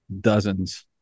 dozens